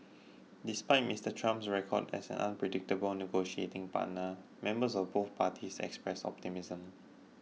despite Mr Trump's record as an unpredictable negotiating partner members of both parties expressed optimism